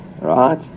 Right